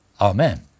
Amen